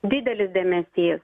didelis dėmesys